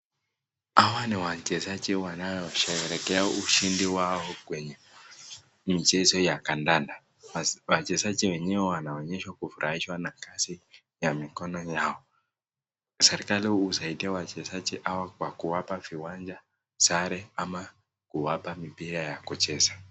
Hawa ni wachezaji wanaosherekea ushindi wao kwenye mchezo ya kandanda, wachezaji wenyewe wanaonyeshwa kufurahishwa na kazi ya mikono yao. Serikali husaidia wachezaji hawa kwa kuwapa viwanja, sare ama kuwapa mipira ya kucheza.